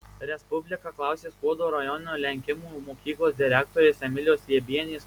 respublika klausė skuodo rajono lenkimų mokyklos direktorės emilijos liebienės